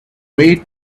way